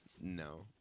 No